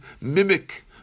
mimic